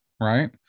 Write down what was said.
right